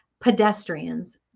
pedestrians